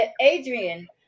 adrian